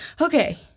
Okay